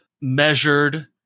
measured